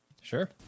Sure